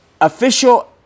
official